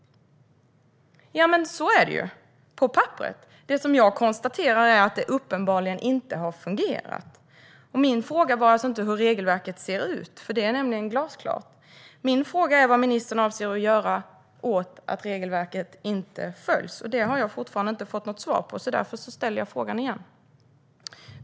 Så är det på papperet. Det som jag konstaterar är att det uppenbarligen inte har fungerat. Min fråga var alltså inte hur regelverket ser ut - det är nämligen glasklart - utan min fråga var vad ministern tänker göra åt att regelverket inte följs. Den frågan har jag fortfarande inte fått något svar på, så därför ställer jag frågan igen.